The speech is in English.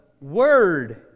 Word